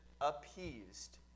appeased